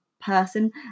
person